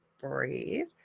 Breathe